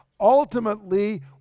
Ultimately